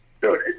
Dude